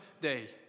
day